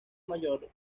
mayor